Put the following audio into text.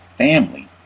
Family